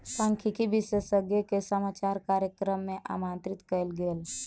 सांख्यिकी विशेषज्ञ के समाचार कार्यक्रम मे आमंत्रित कयल गेल